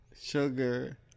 sugar